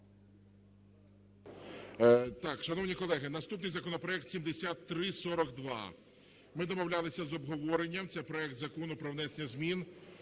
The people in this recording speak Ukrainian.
Шановні колеги, наступний законопроект 7342. Ми домовлялися з обговоренням. Це проект Закону про внесення змін